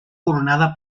coronada